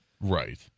Right